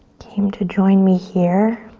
came to join me here.